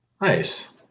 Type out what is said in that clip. nice